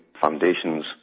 foundations